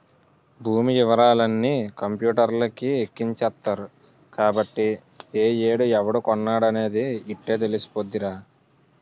భూమి యివరాలన్నీ కంపూటర్లకి ఎక్కించేత్తరు కాబట్టి ఏ ఏడు ఎవడు కొన్నాడనేది యిట్టే తెలిసిపోద్దిరా